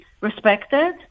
respected